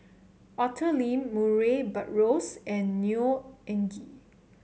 Arthur Lim Murray Buttrose and Neo Anngee